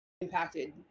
impacted